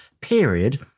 period